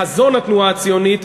בחזון התנועה הציונית,